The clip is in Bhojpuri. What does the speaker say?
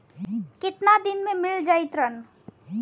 कितना दिन में मील जाई ऋण?